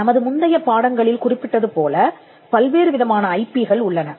நமது முந்தைய பாடங்களில் குறிப்பிட்டது போலப் பல்வேறு விதமான ஐபி கள் உள்ளன